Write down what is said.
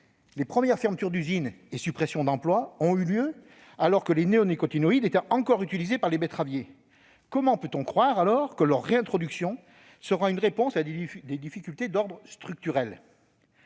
Les premières fermetures d'usine et suppressions d'emploi ont eu lieu alors que les néonicotinoïdes étaient encore utilisés par les betteraviers. Comment croire alors que leur réintroduction sera une réponse à des difficultés d'ordre structurel ?